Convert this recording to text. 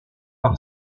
par